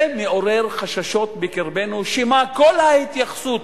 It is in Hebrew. זה מעורר חששות בקרבנו שמא כל ההתייחסות